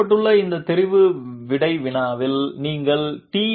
கொடுக்கப்பட்டுள்ள இந்த தெரிவு விடை வினாவில் நீங்கள் டி